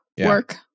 work